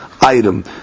item